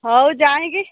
ହଉ ଯାଇଁକି